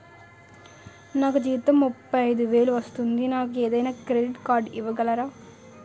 నాకు జీతం ముప్పై ఐదు వేలు వస్తుంది నాకు ఏదైనా క్రెడిట్ కార్డ్ ఇవ్వగలరా?